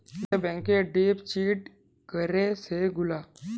যে টাকা ব্যাংকে ডিপজিট ক্যরে সে গুলা